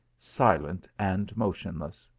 silent and motionless.